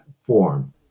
form